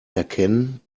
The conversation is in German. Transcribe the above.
erkennen